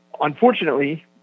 unfortunately